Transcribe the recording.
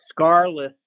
scarless